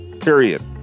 Period